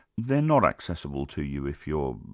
they're not accessible to you if you're